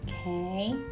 Okay